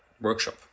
workshop